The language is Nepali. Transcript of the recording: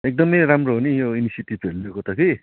एकदमै राम्रो हो नि यो इनिसियटिभहरू लिएको त कि